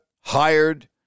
hired